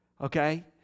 okay